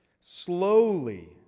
slowly